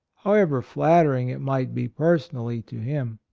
however flattering it might be per sonally to him.